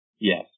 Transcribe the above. yes